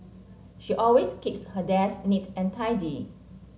she always keeps her desk neat and tidy